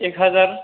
एक हाजार